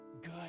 good